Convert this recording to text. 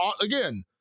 Again